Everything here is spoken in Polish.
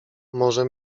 może